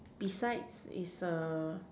beside is a